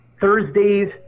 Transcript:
Thursdays